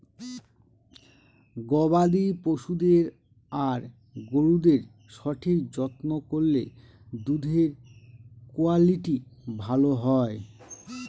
গবাদি পশুদের আর গরুদের সঠিক যত্ন করলে দুধের কুয়ালিটি ভালো হয়